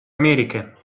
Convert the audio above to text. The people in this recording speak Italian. americhe